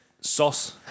sauce